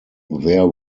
there